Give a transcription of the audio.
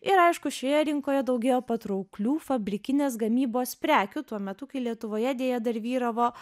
ir aišku šioje rinkoje daugėjo patrauklių fabrikinės gamybos prekių tuo metu kai lietuvoje deja dar vyravo